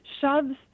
shoves